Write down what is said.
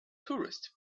tourists